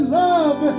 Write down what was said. love